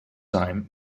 time